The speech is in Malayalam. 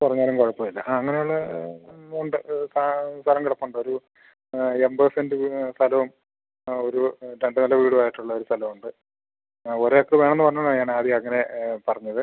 കുറഞ്ഞാലും കുഴപ്പം ഇല്ല ആ അങ്ങനെ ഉള്ള ഉണ്ട് സ്ഥലം കിടപ്പുണ്ട് ഒരു എൺപത് സെൻറ്റ് വീട് സ്ഥലവും ഒരു രണ്ട് നില വീടുവായിട്ടുള്ള ഒരു സ്ഥലം ഉണ്ട് ആ ഒരേക്കർ വേണമെന്ന് പറഞ്ഞത് കൊണ്ടാണ് ഞാൻ ആദ്യം അങ്ങനെ പറഞ്ഞത്